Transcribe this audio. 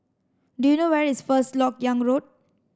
do you know where is First Lok Yang Road